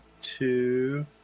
two